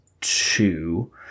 two